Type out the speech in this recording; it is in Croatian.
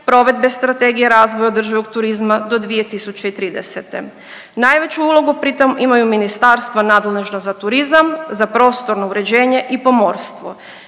provedbe Strategije razvoja i održivog turizma do 2030. Najveću ulogu pritom imaju ministarstva nadležna za turizam za prostorno uređenje i pomorstvo.